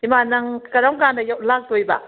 ꯏꯃꯥ ꯅꯪ ꯀꯔꯝ ꯀꯥꯟꯗ ꯂꯥꯛꯇꯣꯏꯕ